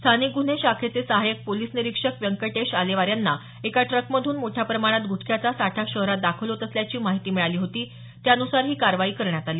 स्थानिक गुन्हे शाखेचे सहाय्यक पोलिस निरीक्षक व्यंकटेश आलेवार यांना एका ट्रकमधून मोठ्या प्रमाणात गुटख्याचा साठा शहरात दाखल होत असल्याची माहिती मिळाली होती त्यानुसार ही कारवाई करण्यात आली